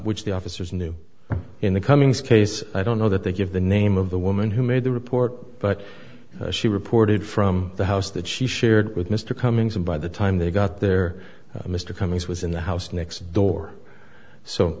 which the officers knew in the coming scase i don't know that they give the name of the woman who made the report but she reported from the house that she shared with mr cummings and by the time they got there mr cummings was in the house next door so